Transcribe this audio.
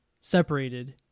separated